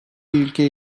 ülke